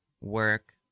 work